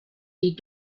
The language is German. die